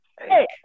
Hey